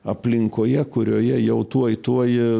aplinkoje kurioje jau tuoj tuoj